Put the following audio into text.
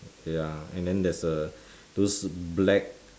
ya and then there's err those black